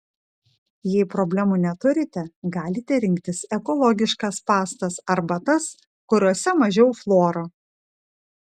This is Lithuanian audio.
jei problemų neturite galite rinktis ekologiškas pastas arba tas kuriose mažiau fluoro